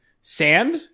sand